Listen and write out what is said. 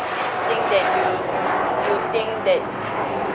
thing that you you think that